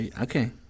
Okay